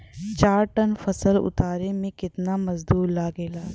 चार टन फसल उतारे में कितना मजदूरी लागेला?